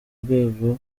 rwego